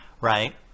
Right